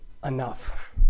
enough